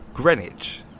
Greenwich